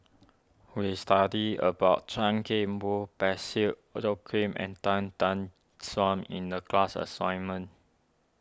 we studied about Chan Kim Boon Parsick Joaquim and Tan Tan Suan in the class assignment